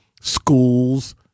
schools